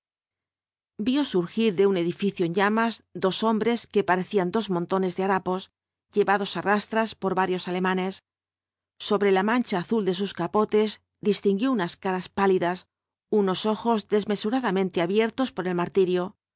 vio surgir de un edificio en llamas dos hombres que parecían dos montones de harapos llevados á rastras por varios alemanes sobre la mancha azul de sus capotes distinguió unas caras pálidas unos ojos desmesuradamente abiertos por el martirio